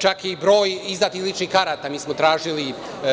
Čak i broj izdatih ličnih karata, mi smo tražili